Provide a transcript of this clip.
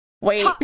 Wait